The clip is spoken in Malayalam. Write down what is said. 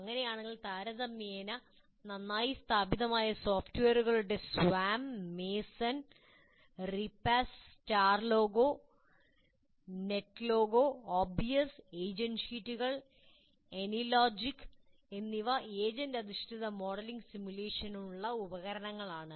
അങ്ങനെയാണെങ്കിൽ താരതമ്യേന നന്നായി സ്ഥാപിതമായ സോഫ്റ്റ്വെയറുകളായ Swarm MASON Repast StarLogo NetLogo ഒബിയസ് ഏജന്റ്ഷീറ്റുകൾ എനിലോജിക് എന്നിവ ഏജന്റ് അധിഷ്ഠിത മോഡലിംഗിനും സിമുലേഷനുമുള്ള ഉപകരണങ്ങളാണ്